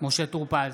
משה טור פז,